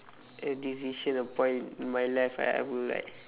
a decision a point in my life I I would like